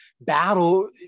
battle